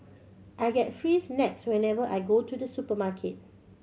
I get free snacks whenever I go to the supermarket